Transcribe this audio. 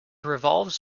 revolves